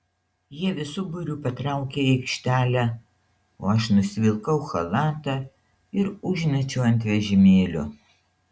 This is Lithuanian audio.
jie visu būriu patraukė į aikštelę o aš nusivilkau chalatą ir užmečiau ant vežimėlio